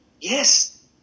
Yes